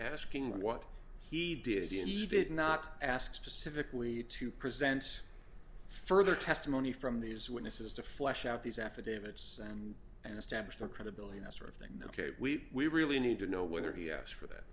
asking what he did in the did not ask specifically to present further testimony from these witnesses to flesh out these affidavits and establish the credibility that sort of thing ok we we really need to know whether he asked for that